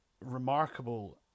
remarkable